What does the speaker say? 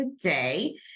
today